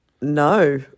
no